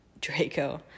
Draco